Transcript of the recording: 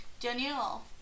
Danielle